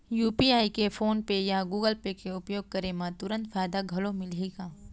UPI के PhonePe या Google Pay के उपयोग करे म तुरंत फायदा घलो मिलही का?